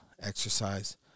exercise